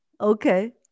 Okay